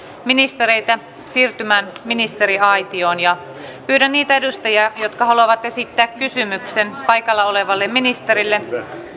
ministereitä siirtymään ministeriaitioon pyydän niitä edustajia jotka haluavat esittää kysymyksen paikalla olevalle ministerille